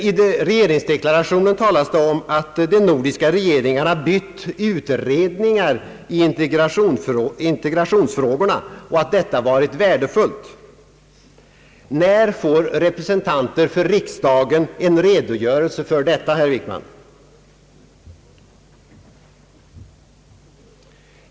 I regeringsdeklarationen talas om att de nordiska regeringarna bytt utredningar i integrationsfrågorna och att detta varit värdefullt. När får representanter för riksdagen en redogörelse för detta, herr Wickman?